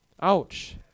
Ouch